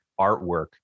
artwork